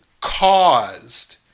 caused